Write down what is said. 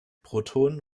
protonen